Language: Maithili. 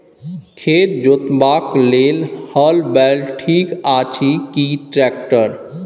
खेत जोतबाक लेल हल बैल ठीक अछि की ट्रैक्टर?